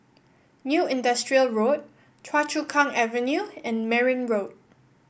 New Industrial Road Choa Chu Kang Avenue and Merryn Road